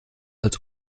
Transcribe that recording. als